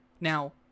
Now